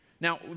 Now